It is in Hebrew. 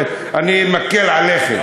ואני מקל עליכם.